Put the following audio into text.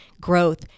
growth